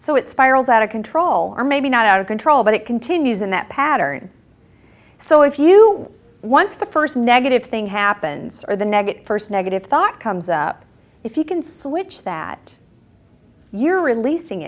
so it spirals out of control or maybe not out of control but it continues in that pattern so if you once the first negative thing happens or the negative first negative thought comes up if you can switch that you're releasing